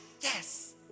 yes